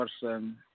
person